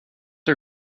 her